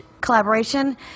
collaboration